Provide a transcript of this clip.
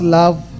love